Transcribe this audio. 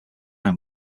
time